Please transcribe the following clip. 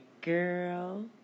girl